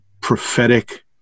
prophetic